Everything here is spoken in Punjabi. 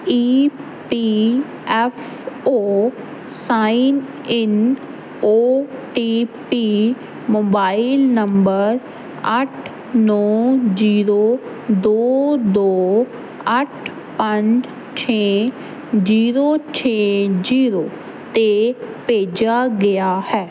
E P F O sign in O T P mobile number ਅੱਠ ਨੌਂ ਜ਼ੀਰੋ ਦੋ ਦੋ ਅੱਠ ਪੰਜ ਛੇ ਜ਼ੀਰੋ ਛੇ ਜ਼ੀਰੋ 'ਤੇ ਭੇਜਿਆ ਗਿਆ ਹੈ